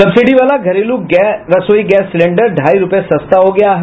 subsidy वाला घरेलू रसोई गैस सिलिंडर ढ़ाई रूपये सस्ता हो गया है